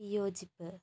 വിയോജിപ്പ്